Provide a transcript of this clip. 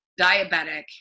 diabetic